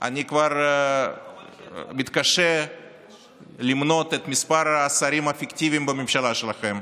אני כבר מתקשה למנות את מספר השרים הפיקטיביים בממשלה שלכם,